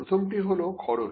প্রথমটি হল খরচ